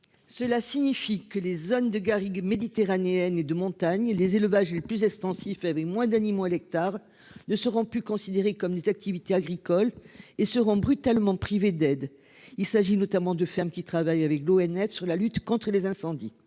Cela signifie que les zones de garrigue méditerranéenne et de montagne les élevages plus extensifs avec moins d'animaux à l'hectare ne seront plus considérés comme des activités agricoles et seront brutalement privés d'aide. Il s'agit notamment de ferme qui travaille avec l'eau ONF sur la lutte contre les incendies.